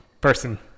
person